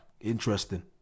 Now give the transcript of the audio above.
Interesting